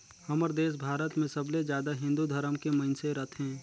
हमर देस भारत मे सबले जादा हिन्दू धरम के मइनसे रथें